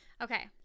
Okay